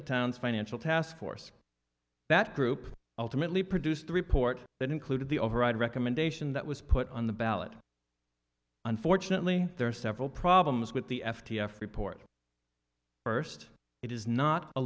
the town's financial taskforce that group ultimately produced a report that included the overall recommendation that was put on the ballot unfortunately there are several problems with the f t f report first it is not a